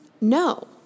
No